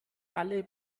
alle